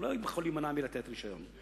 הוא לא יוכל להימנע מלתת רשיון.